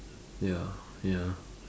ya ya